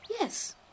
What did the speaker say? Yes